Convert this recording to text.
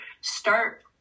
start